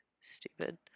stupid